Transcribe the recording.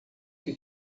que